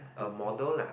a model lah